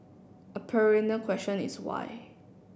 a perennial question is why